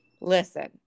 Listen